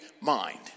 mind